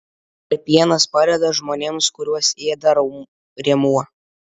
ar pienas padeda žmonėms kuriuos ėda rėmuo